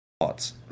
Thoughts